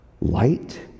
light